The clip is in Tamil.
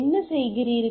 என்ன செய்கிறீர்கள்